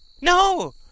No